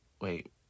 wait